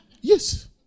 Yes